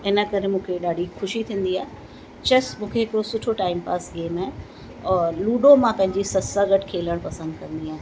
इन करे मूंखे ॾाढी ख़ुशी थींदी आहे चैस मूंखे हिकिड़ो सुठो टाइमपास गेम आहे और लूडो मां पंहिंजी सस सां गॾु खेलण पसंदि कंदी आहे